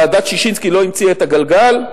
ועדת-ששינסקי לא המציאה את הגלגל,